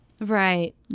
Right